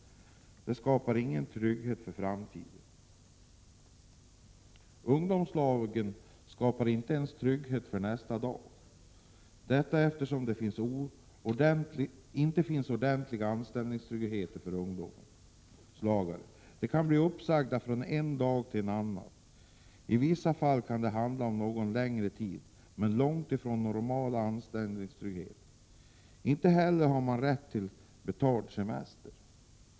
Det skapar inte trygghet för framtiden. Ungdomslagen skapar inte ens trygghet för nästa dag, eftersom det inte finns någon ordentlig anställningstrygghet för ”ungdomslagare”. De kan bli uppsagda från en dag till en annan. I vissa fall kan det handla om något längre tid, men det är långt ifrån fråga om normal anställningstrygghet. Inte heller har de rätt till betald semester.